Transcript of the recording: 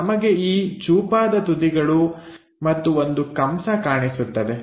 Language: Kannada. ನಮಗೆ ಈ ಚೂಪಾದ ತುದಿಗಳು ಮತ್ತು ಒಂದು ಕಂಸ ಕಾಣಿಸುತ್ತದೆ